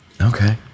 Okay